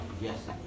yes